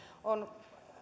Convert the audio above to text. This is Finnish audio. on